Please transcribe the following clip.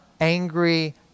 angry